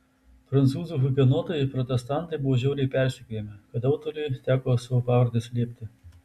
prancūzų hugenotai protestantai buvo žiauriai persekiojami tad autoriui teko savo pavardę slėpti